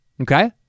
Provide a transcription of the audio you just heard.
Okay